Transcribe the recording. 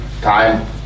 time